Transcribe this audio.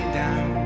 down